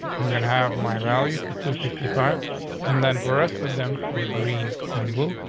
you can have my value to two fifty five and then for rest of them for green and blue.